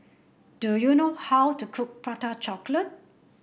do you know how to cook Prata Chocolate